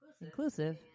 inclusive